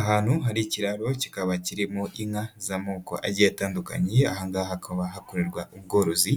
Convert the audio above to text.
Ahantu hari ikiraro kikaba kirimo inka z'amoko agiye atandukanye, aha ngaha hakaba hakorerwa ubworozi